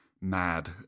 mad